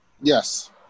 Yes